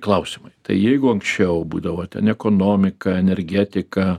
klausimai tai jeigu anksčiau būdavo ten ekonomika energetika